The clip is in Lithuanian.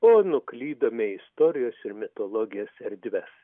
o nuklydome į istorijas ir mitologijos erdves